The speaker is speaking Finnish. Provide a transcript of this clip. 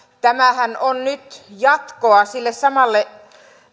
tämähän on nyt jatkoa sille samalle